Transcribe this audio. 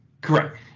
Correct